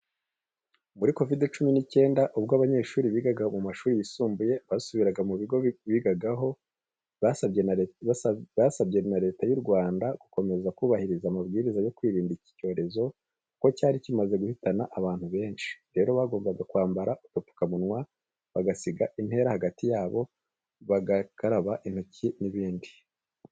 Muri Kovide cyumi n'icyenda ubwo abanyeshuri bigaga mu mashuri yisumbuye basubiraga mu bigo bigagaho, basabye na Leta y'u Rwanda gukomeza kubahiriza amabwiriza yo kwirinda iki cyorezo, kuko cyari kimaze guhitana abantu benshi. Rero bagombaga kwambara udupfukamunwa, bagasiga intera hagati yabo, bagakaraba intoki n'ibindi.